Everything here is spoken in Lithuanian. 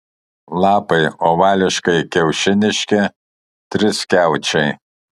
lapai ovališkai kiaušiniški triskiaučiai